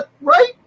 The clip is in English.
Right